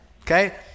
okay